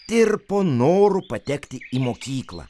tirpo noru patekti į mokyklą